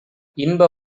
இன்ப